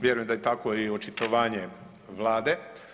Vjerujem da je takvo i očitovanje Vlade.